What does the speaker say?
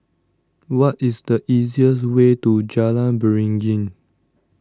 what is the easiest way to Jalan Beringin